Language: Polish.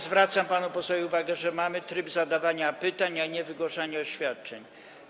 Zwracam panu posłowi uwagę, że mamy tryb zadawania pytań, a nie wygłaszania oświadczeń.